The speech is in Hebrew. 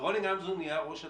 רוני גמזו נהיה ראש התוכנית.